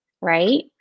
right